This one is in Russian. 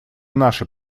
наши